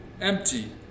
empty